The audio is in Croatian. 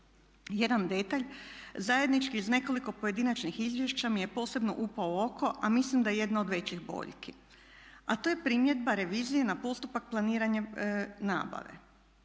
Jedan detalj, zajednički iz nekoliko pojedinačnih izvješća mi je posebno upao u oko a mislim da je jedna od većih boljki. A to je primjedba revizije na postupak planiranja nabave.